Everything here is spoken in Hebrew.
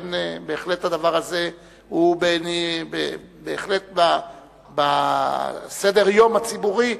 לכן בהחלט הדבר הזה הוא דבר חשוב ביותר בסדר-היום הציבורי.